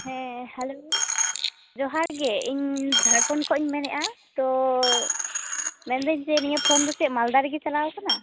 ᱦᱮᱸ ᱦᱮᱞᱳ ᱡᱚᱦᱟᱨ ᱜᱮ ᱤᱧ ᱡᱷᱟᱲᱠᱷᱚᱸᱰ ᱠᱷᱚᱱᱤᱧ ᱢᱮᱱᱮᱫᱼᱟ ᱛᱚ ᱢᱮᱱᱮᱫᱟᱹᱧ ᱡᱮ ᱱᱤᱭᱟᱹ ᱯᱷᱳᱱ ᱪᱮᱫ ᱢᱟᱞᱫᱟ ᱨᱮᱜᱮ ᱪᱟᱞᱟᱣ ᱟᱠᱟᱱᱟ